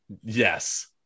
yes